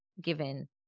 given